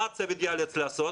מה הצוות ייאלץ לעשות?